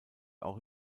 auch